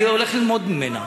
אני הולך ללמוד ממנה.